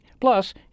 Plus